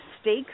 stakes